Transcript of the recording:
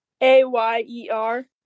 A-Y-E-R